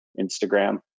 Instagram